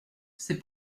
c’est